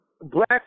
black